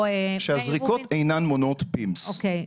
או --- שהזריקות אינן מונעות PIMS. אוקי.